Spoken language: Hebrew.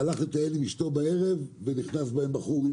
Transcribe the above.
שהלך לטייל עם אשתו בערב ונכנס בהם בחור עם